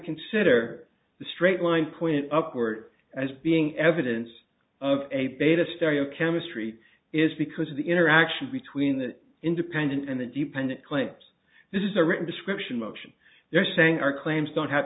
consider the straight line point upward as being evidence of a beta stereo chemistry is because of the interaction between the independent and the dependent claimants this is a written description much you're saying our claims don't have